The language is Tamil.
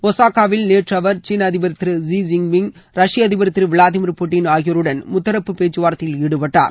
ஒசாகாவில் நேற்று அவர் சீன அதிபர் திரு ஸீ ஜின் பிங் ரஷ்ய அதிபர் திரு விளாடிமீர் புட்டின் ஆகியோருடன் முத்தரப்பு பேச்சுவார்த்தையில் ஈடுபட்டார்